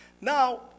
Now